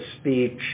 speech